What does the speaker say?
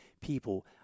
People